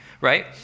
right